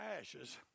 ashes